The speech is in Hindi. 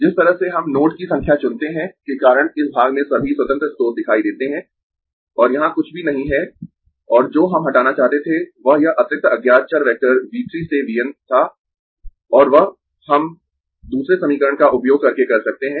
जिस तरह से हम नोड की संख्या चुनते है के कारण इस भाग में सभी स्वतंत्र स्रोत दिखाई देते है और यहां कुछ भी नहीं है और जो हम हटाना चाहते थे वह यह अतिरिक्त अज्ञात चर वेक्टर V 3 से V n था और वह हम दूसरे समीकरण का उपयोग करके कर सकते है